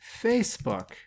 facebook